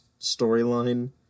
storyline